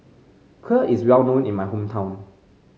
Kheer is well known in my hometown